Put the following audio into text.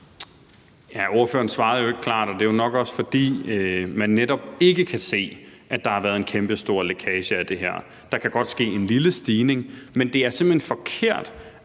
Ordføreren svarede jo ikke klart, og det er nok også, fordi man netop ikke kan se, at der har været en kæmpestor lækage af det her. Der kan godt ske en lille stigning, men det er simpelt hen forkert